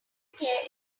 care